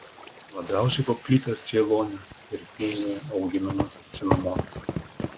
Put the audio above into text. labiausiai paplitęs ceilone ir kinijoje auginamas cinamonas